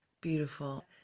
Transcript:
beautiful